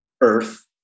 earth